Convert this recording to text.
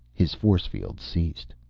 his force field ceased.